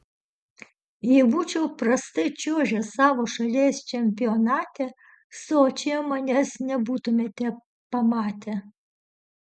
jei būčiau prastai čiuožęs savo šalies čempionate sočyje manęs nebūtumėte pamatę